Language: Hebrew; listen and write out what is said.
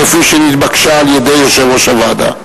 כפי שנתבקשה על-ידי יושב-ראש הוועדה.